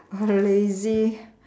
uh lazy